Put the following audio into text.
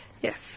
yes